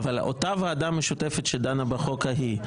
אבל אותה ועדה משותפת שדנה בחוק ההוא,